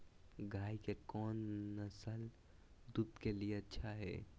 गाय के कौन नसल दूध के लिए अच्छा है?